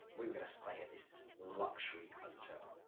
we were going to stay at this luxury hotel.